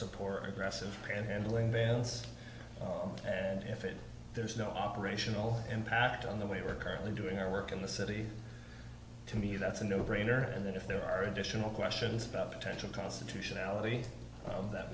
support aggressive handling vans and if it there's no operational impact on the way we're currently doing our work in the city to me that's a no brainer and that if there are additional questions about potential constitutionality of that